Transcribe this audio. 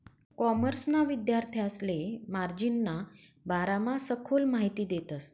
कॉमर्सना विद्यार्थांसले मार्जिनना बारामा सखोल माहिती देतस